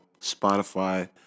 Spotify